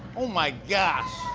oh, my gosh.